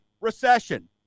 recession